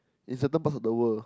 in certain parts of the world